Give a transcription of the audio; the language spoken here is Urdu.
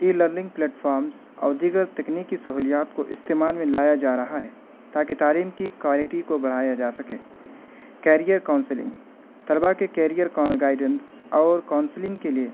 ای لرننگ پلیٹفامس اور دیگر تکنیکی سہولیات کو استعمال میں لایا جا رہا ہے تاکہ تعلیم کی کوائلٹی کو بڑھایا جا سکے کیریئر کونسلنگ طلبہ کے کیریئر گائیڈینس اور کونسلنگ کے لیے